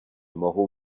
mohou